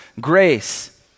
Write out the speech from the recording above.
grace